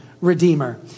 redeemer